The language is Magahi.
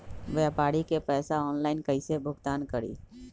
व्यापारी के पैसा ऑनलाइन कईसे भुगतान करी?